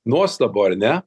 nuostabu ar ne